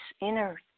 inner